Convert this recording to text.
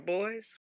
boys